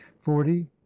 forty